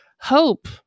hope